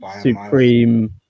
supreme